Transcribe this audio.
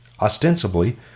ostensibly